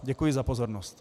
Děkuji za pozornost.